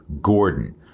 Gordon